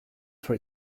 for